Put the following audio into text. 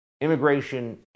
Immigration